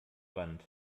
wand